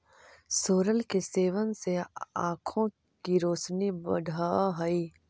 सोरल के सेवन से आंखों की रोशनी बढ़अ हई